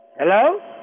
Hello